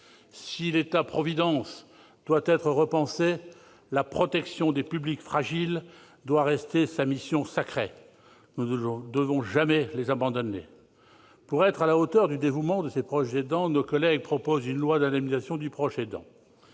Si l'État providence doit être repensé, la protection des publics fragiles doit rester sa mission sacrée. Nous ne devons jamais les abandonner ! Pour être à la hauteur du dévouement de ces proches aidants, les auteurs de la proposition de loi souhaitent